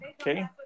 Okay